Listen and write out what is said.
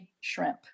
shrimp